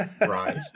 Right